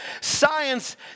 Science